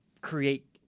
create